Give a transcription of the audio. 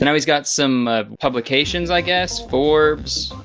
and he's got some publications, i guess. forbes,